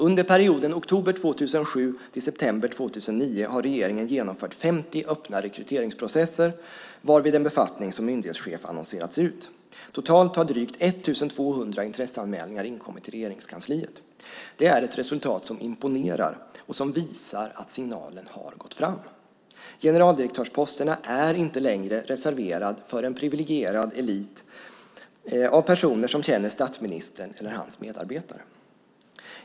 Under perioden oktober 2007 till september 2009 har regeringen genomfört 50 öppna rekryteringsprocesser varvid en befattning som myndighetschef annonserats ut. Totalt har drygt 1 200 intresseanmälningar inkommit till Regeringskansliet. Det är ett resultat som imponerar och som visar att signalen har gått fram. Generaldirektörsposterna är inte längre reserverade för en privilegierad elit av personer som känner statsministern eller hans medarbetare.